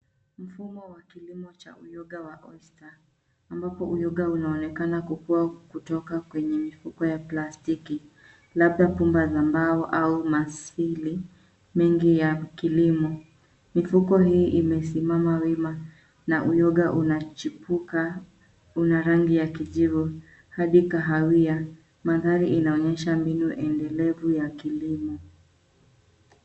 Mfumo wa kilimo cha uyoga wa oyster, ambapo uyoga unaonekana kukua kutoka kwenye mifuko ya plastiki. Labda pumba za mbao au masili mengi ya kilimo. Mifuko hii imesimama wima, na uyoga unachipuka una rangi ya kijivu, hadi kahawia. Mandhari inaonyesha mbinu endelevu ya kilimo.